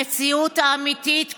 המציאות האמיתית כואבת,